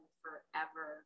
forever